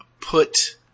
put